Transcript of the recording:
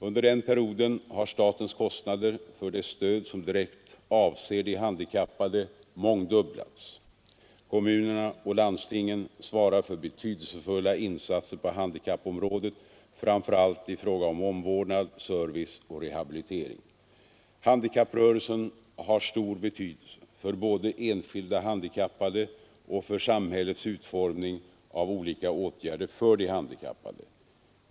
Under den perioden har statens kostnader för det stöd som direkt avser de handikappade mångdubblats. Kommunerna och landstingen svarar för betydelsefulla insatser på handikappområdet, framför allt i fråga om omvårdnad, service och rehabilitering. Handikapprörelsen har stor betydelse för både enskilda handikappade och för samhällets utformning av olika åtgärder för de handikappade.